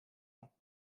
ans